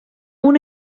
una